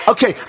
Okay